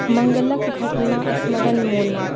मङ्गलके घटना स्मरण मोना